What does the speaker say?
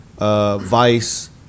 Vice